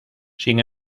sin